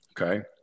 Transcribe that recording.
okay